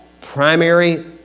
primary